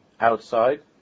outside